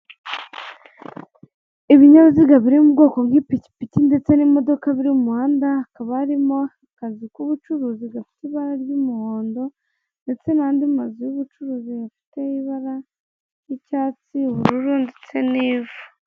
Ibinyabiziga biri mu bwoko bw'ipikipiki ndetse n'imodoka biri mu muhanda, hakaba harimo akazu k'ubucuruzi gafite ibara ry'umuhondo ndetse n'andi mazu y'ubucuruzi afite ibara ry'icyatsi, ubururu ndetse n'ivu.